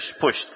pushed